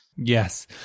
Yes